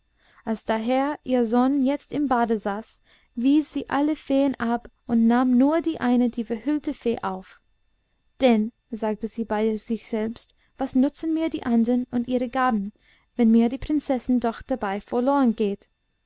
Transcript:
als daher ihr sohn jetzt im bade saß wies sie alle feen ab und nahm nur die eine die verhüllte fee auf denn sagte sie bei sich selbst was nutzen mir die andern und ihre gaben wenn mir die prinzessin doch dabei